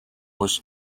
was